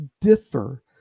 differ